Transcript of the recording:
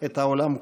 את העולם כולו.